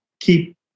keep